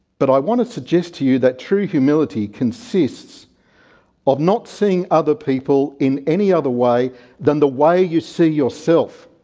but i want to suggest to you that true humility consists of not seeing other people in any other way than the way you see yourself.